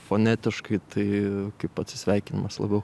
fonetiškai tai kaip atsisveikinimas labiau